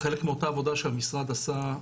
חלק מאותה עבודה שהמשרד עשה,